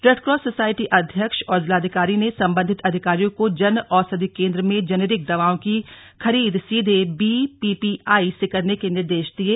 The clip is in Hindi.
रेडक्रॉस सोसाइटी अध्यक्ष और जिलाधिकारी ने संबंधित अधिकारियों को जन औषधि केंद्रों में जेनरिक दवाओं की खरीद सीधे बीपीपीआई से करने के निर्देश दिये